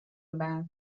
about